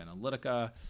Analytica